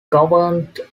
governed